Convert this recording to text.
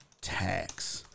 tax